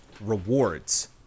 rewards